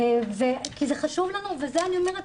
כי זה חשוב לנו וזה אני אומרת,